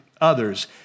others